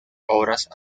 obras